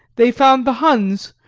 they found the huns,